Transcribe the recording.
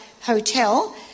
hotel